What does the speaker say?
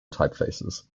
typefaces